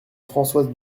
françoise